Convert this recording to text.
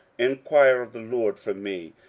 enquire of the lord for me,